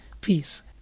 peace